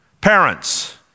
Parents